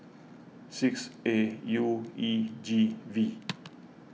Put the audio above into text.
six A U E G V